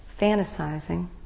fantasizing